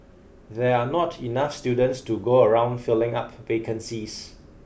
there are not enough students to go around filling up vacancies